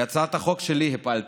כי את הצעת החוק שלי הפלתם,